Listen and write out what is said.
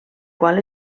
qual